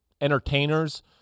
entertainers